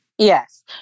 Yes